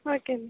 okay ma'am